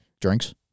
drinks